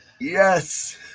Yes